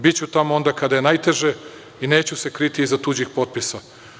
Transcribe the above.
Biću tamo onda kada je najteže i neću se kriti iza tuđih potpisa.